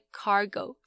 cargo